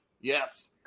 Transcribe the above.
Yes